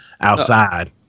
outside